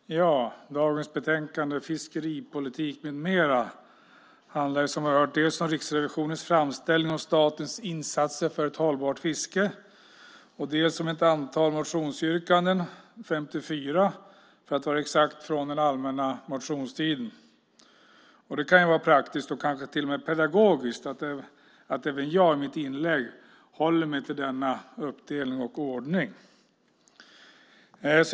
Herr talman! Dagens betänkande Fiskeripolitik m.m. handlar som ni har hört dels om Riksrevisionens framställning om statens insatser för ett hållbart fiske, dels om ett antal motionsyrkanden - 54 för att vara exakt - från den allmänna motionstiden. Det kan ju vara praktiskt och kanske till och med pedagogiskt att även jag i mitt inlägg håller mig till denna uppdelning och ordning.